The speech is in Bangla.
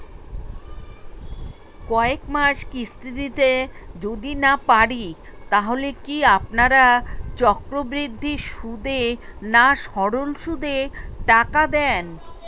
কয়েক মাস কিস্তি দিতে যদি না পারি তাহলে কি আপনারা চক্রবৃদ্ধি সুদে না সরল সুদে টাকা দেন?